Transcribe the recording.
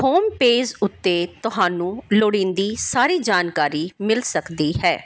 homepage ਉੱਤੇ ਤੁਹਾਨੂੰ ਲੋੜੀਂਦੀ ਸਾਰੀ ਜਾਣਕਾਰੀ ਮਿਲ ਸਕਦੀ ਹੈ